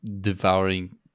devouring